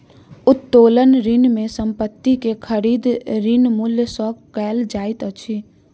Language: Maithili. उत्तोलन ऋण में संपत्ति के खरीद, ऋण मूल्य सॅ कयल जाइत अछि